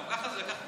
גם ככה זה לקח כל